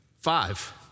five